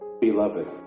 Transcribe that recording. Beloved